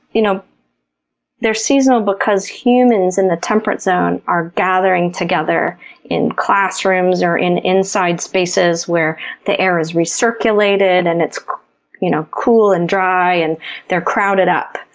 you know they're seasonal because humans in the temperate zone are gathering together in classrooms, or in inside spaces where the air is recirculated, and it's you know cool and dry, and they're crowded up.